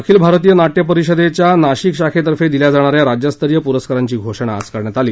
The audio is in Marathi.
अखिल भारतीय नाट्य परिषदेच्या नाशिक शाखेतर्फे दिल्या जाणाऱ्या राज्यस्तरीय पुरस्कारांची घोषणा आज करण्यात आली